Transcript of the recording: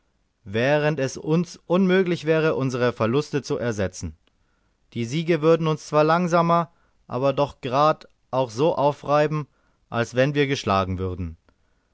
während es uns unmöglich wäre unsere verluste zu ersetzen die siege würden uns zwar langsamer aber doch grad auch so aufreiben als wenn wir geschlagen würden